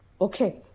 Okay